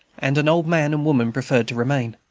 and an old man and woman preferred to remain.